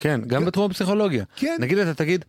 כן, גם בתחום הפסיכולוגיה, נגיד אתה תגיד